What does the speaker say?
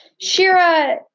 Shira